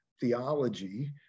theology